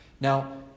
Now